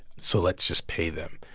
so let's just pay them.